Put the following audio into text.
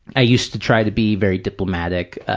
i used to try to be very diplomatic.